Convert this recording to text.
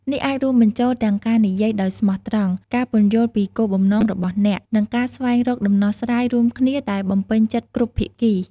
នេះអាចរួមបញ្ចូលទាំងការនិយាយដោយស្មោះត្រង់ ការពន្យល់ពីគោលបំណងរបស់អ្នក និងការស្វែងរកដំណោះស្រាយរួមគ្នាដែលបំពេញចិត្តគ្រប់ភាគី។